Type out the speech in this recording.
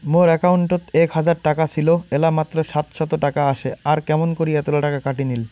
মোর একাউন্টত এক হাজার টাকা ছিল এলা মাত্র সাতশত টাকা আসে আর কেমন করি এতলা টাকা কাটি নিল?